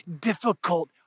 difficult